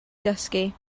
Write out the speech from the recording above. gysgu